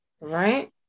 Right